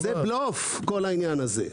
זה בלוף כל העניין הזה.